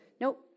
nope